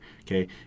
Okay